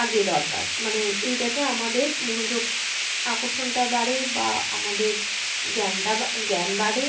আগে দরকার মানে এইটাতে আমাদের মনোযোগ আকর্ষণটা বাড়ে বা আমাদের জ্ঞানটা জ্ঞান বাড়ে